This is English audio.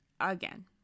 again